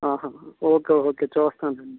ఆహా okay okay చూస్తాను లేండి